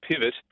pivot